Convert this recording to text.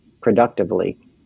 productively